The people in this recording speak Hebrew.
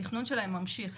התכנון שלהם ממשיך.